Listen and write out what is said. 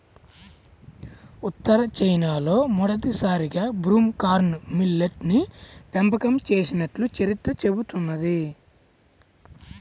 ఉత్తర చైనాలో మొదటిసారిగా broom corn millet ని పెంపకం చేసినట్లు చరిత్ర చెబుతున్నది